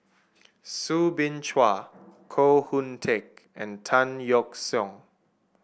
Soo Bin Chua Koh Hoon Teck and Tan Yeok Seong